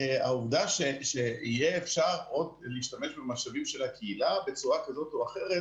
העובדה שיהיה אפשר עוד להשתמש במשאבים של הקהילה בצורה כזאת או אחרת,